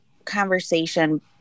conversation